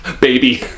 Baby